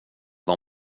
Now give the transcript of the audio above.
var